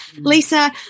lisa